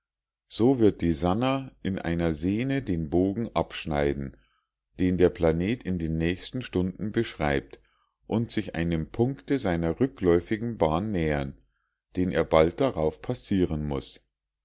so wird die sannah in einer sehne den bogen abschneiden den der planet in den nächsten stunden beschreibt und sich einem punkte seiner rückläufigen bahn nähern den er bald darauf passieren muß